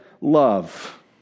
love